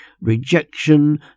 rejection